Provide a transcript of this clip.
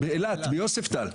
באילת, ביוספטל.